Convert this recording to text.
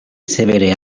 severe